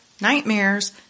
nightmares